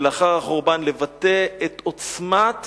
שלאחר החורבן, לבטא את עוצמת